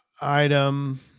item